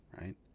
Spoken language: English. right